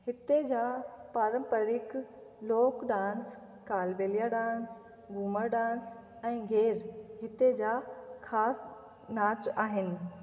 हिते जा पारम्परिकु लोक dance Kalbelia dance Ghoomar dance ऐं गेर हिते जा ख़ासि नाच आहिनि